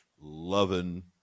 loving